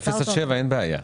ב-0 עד 7 קילומטרים אין בעיה.